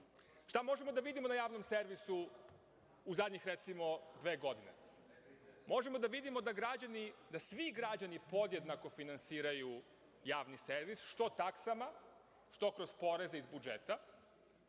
možemo da vidimo na javnom servisu u zadnje, recimo, dve godine? Možemo da vidimo da svi građani podjednako finansiraju javni servis što taksama, što kroz poreze iz budžeta,